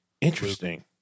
Interesting